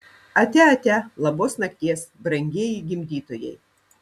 atia atia labos nakties brangieji gimdytojai